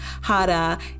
Hada